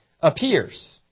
appears